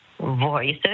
voices